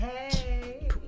Hey